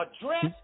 address